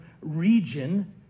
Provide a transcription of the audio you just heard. region